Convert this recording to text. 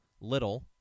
little